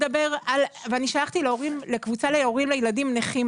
אני שלחתי לקבוצה של הורים לילדים נכים,